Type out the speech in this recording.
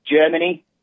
Germany